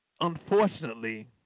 unfortunately